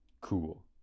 cool